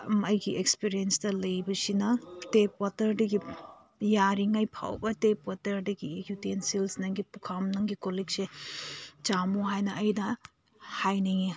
ꯑꯩꯒꯤ ꯑꯦꯛꯁꯄꯔꯤꯌꯦꯟꯁꯇ ꯂꯩꯕꯁꯤꯅ ꯇꯦꯞ ꯋꯥꯇꯔꯗꯒꯤ ꯌꯔꯤꯉꯩꯐꯥꯎꯕ ꯇꯦꯞ ꯋꯥꯇꯔꯗꯒꯤ ꯌꯨꯇꯦꯟꯁꯤꯜꯁ ꯅꯪꯒꯤ ꯄꯨꯈꯝ ꯅꯪꯒꯤ ꯀꯣꯜꯂꯤꯛꯁꯦ ꯆꯥꯃꯃꯣ ꯍꯥꯏꯅ ꯑꯩꯅ ꯍꯥꯏꯅꯤꯡꯉꯤ